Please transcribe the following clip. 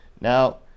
Now